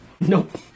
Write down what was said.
Nope